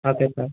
okay sir